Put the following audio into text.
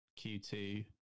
q2